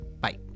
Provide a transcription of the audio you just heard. Bye